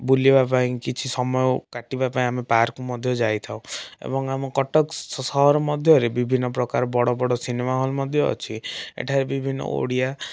ବୁଲିବା ପାଇଁ କିଛି ସମୟ କାଟିବା ପାଇଁ ଆମେ ପାର୍କ୍ ମଧ୍ୟ ଯାଇଥାଉ ଏବଂ ଆମ କଟକ ସହର ମଧ୍ୟରେ ବିଭିନ୍ନ ପ୍ରକାର ବଡ଼ ବଡ଼ ସିନେମା ହଲ୍ ମଧ୍ୟ ଅଛି ଏଠାରେ ବିଭିନ୍ନ ଓଡ଼ିଆ